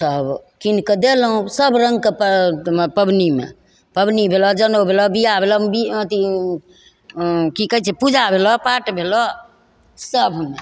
तब किनिके देलहुँ सब रङ्गके पबनीमे पबनी भेलऽ जनउ भेलऽ बिआह भेलऽ अथी कि कहै छै पूजा भेलऽ पाठ भेलऽ सब